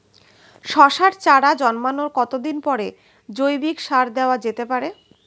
শশার চারা জন্মানোর কতদিন পরে জৈবিক সার দেওয়া যেতে পারে?